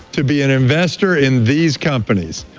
to be an investor in these companies.